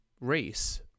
race